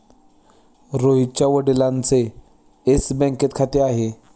रोहितच्या वडिलांचे येस बँकेत खाते आहे